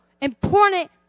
important